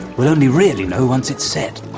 we only really know once it's set